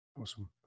Awesome